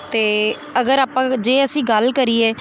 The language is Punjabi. ਅਤੇ ਅਗਰ ਆਪਾਂ ਜੇ ਅਸੀਂ ਗੱਲ ਕਰੀਏ